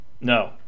No